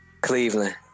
Cleveland